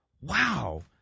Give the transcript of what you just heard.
Wow